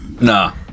Nah